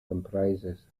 comprises